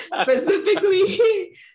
specifically